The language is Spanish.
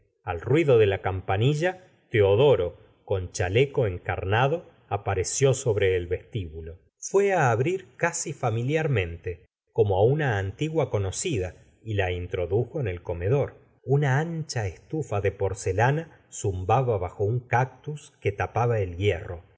al ruido de la campanilla teodoro con chaleco encarnado apareció sobre el vestíbulo gustavo flaubert fué á abrir casi familiarmente como á una antigua conocida y la introdujo en el comedor una ancha estufa de porcelana zumbaba bajo un cactus que tapaba el hierro y